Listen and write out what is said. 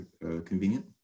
convenient